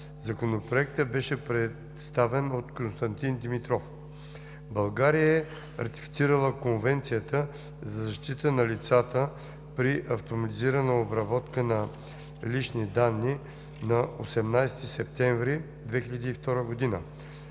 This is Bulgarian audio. Законопроектът беше представен от Константин Димитров. България е ратифицирала Конвенцията за защита на лицата при автоматизирана обработка на лични данни на 18 септември 2002 г.